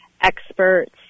experts